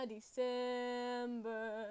December